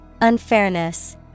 Unfairness